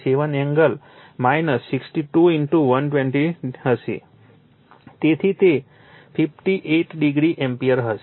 57 angle 62 120 હશે તેથી તે 58o એમ્પીયર હશે